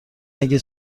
اگه